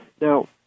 Now